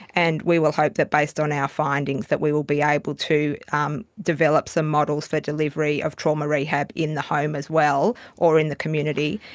and we will hope that based on our findings that we will be able to um develop some models for delivery of trauma rehab in the home as well or in the community,